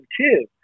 two